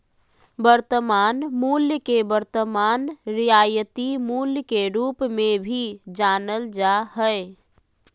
वर्तमान मूल्य के वर्तमान रियायती मूल्य के रूप मे भी जानल जा हय